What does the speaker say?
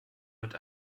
mit